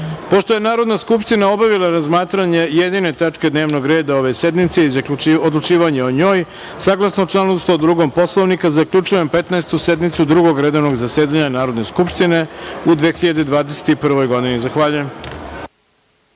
ponoć. Pošto je Narodna skupština obavila razmatranje jedine tačke dnevnog reda ove sednice i odlučivanje o njoj, saglasno članu 102. Poslovnika, zaključujem Petnaestu sednicu Drugog redovnog zasedanja Narodne skupštine u 2021. godini. Zahvaljujem.